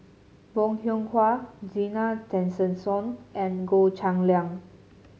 Bong Hiong Hwa Zena Tessensohn and Goh Cheng Liang